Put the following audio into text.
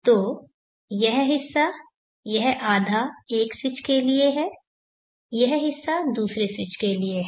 तो यह हिस्सा यह आधा एक स्विच के लिए है यह हिस्सा दूसरे स्विच के लिए है